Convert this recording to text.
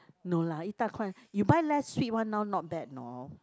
no lah 一大罐 you buy less sweet one now not bad know